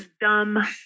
dumb